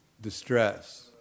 distress